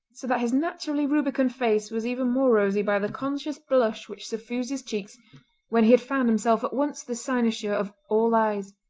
so that his naturally rubicund face was even more rosy by the conscious blush which suffused his cheeks when he had found himself at once the cynosure of all eyes.